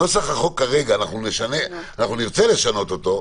נוסח החוק כרגע אנחנו נרצה לשנות אותו,